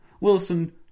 Wilson